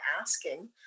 asking